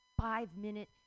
five-minute